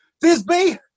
Thisbe